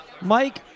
Mike